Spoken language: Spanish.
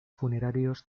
funerarios